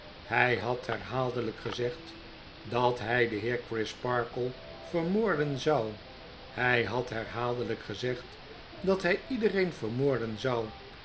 hy had herhaaldeiyk gezegd dat hy den heer crisparkle vermoorden zou hy had herhaaldeiyk gezegd dat hy iedereen vermoorden zou